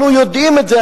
אנחנו יודעים את זה,